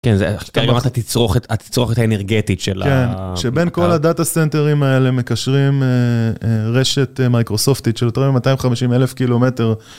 כן, זה ברמת התצרוכת האנרגטית שלה. שבין כל הדאטה סנטרים האלה מקשרים רשת מייקרוסופטית של יותר מ 250 אלף קילומטר.